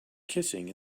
kissing